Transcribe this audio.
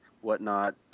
Whatnot